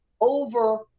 over